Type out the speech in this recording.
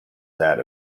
that